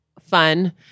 fun